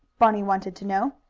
bunny wanted to know.